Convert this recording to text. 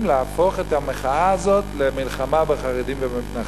להפוך את המחאה הזאת למלחמה בחרדים ובמתנחלים.